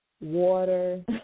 water